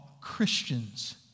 Christians